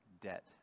debt